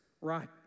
right